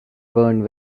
burned